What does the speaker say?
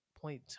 point